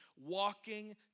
walking